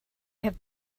have